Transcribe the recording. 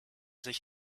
sich